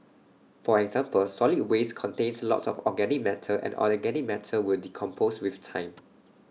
for example solid waste contains lots of organic matter and organic matter will decompose with time